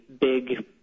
big